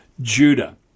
Judah